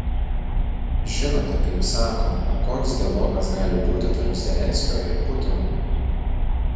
žinote kaip sakoma koks dialogas gali būti tarp zelenskio ir putino